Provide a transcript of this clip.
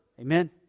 Amen